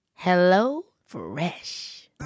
HelloFresh